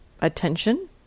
attention